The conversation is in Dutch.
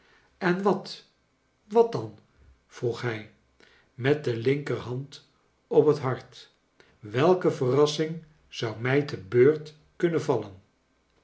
en wat wat dan vroeg hij met ide lixikerhand op het hart welke verrassing zou mij te beurt kunnen vallen